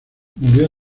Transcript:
murió